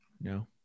No